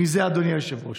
אדוני היושב-ראש.